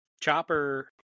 Chopper